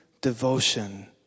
devotion